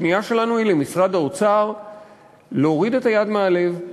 הפנייה שלנו היא למשרד האוצר להוריד את היד מהלב,